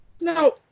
no